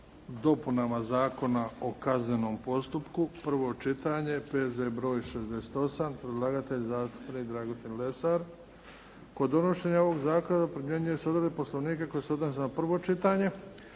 dopunama Zakona o kaznenom postupku, prvo čitanje, P.Z. br. 68 Predlagatelj: zastupnik Dragutin Lesar Kod donošenja ovog zakona primjenjuju se odredbe Poslovnika koje se odnose na prvo čitanje.